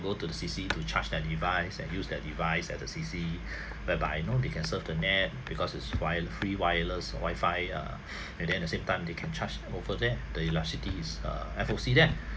go to the C_C to charge their device and use their device at the C_C whereby you know they can surf the net because it's why~ free wireless wifi uh and then at the same time they can charge over there the electricity is uh F_O_C there